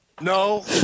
No